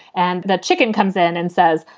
and the chicken comes in and says,